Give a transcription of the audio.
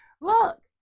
Look